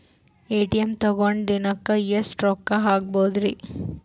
ATM ತಗೊಂಡ್ ದಿನಕ್ಕೆ ಎಷ್ಟ್ ರೊಕ್ಕ ಹಾಕ್ಬೊದ್ರಿ?